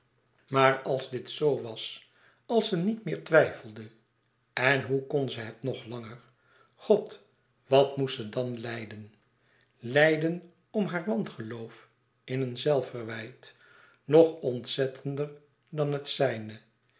maar àls dit zoo was als ze niet meer twijfelde en hoe kon ze het nog langer god wat moest ze dan lijden lijden om haar wangeloof in een zelfverwijt nog ontzettender dan het zijne